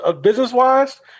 business-wise